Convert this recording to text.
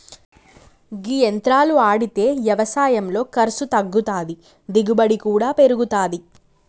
గీ యంత్రాలు ఆడితే యవసాయంలో ఖర్సు తగ్గుతాది, దిగుబడి కూడా పెరుగుతాది